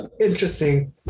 Interesting